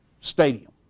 Stadium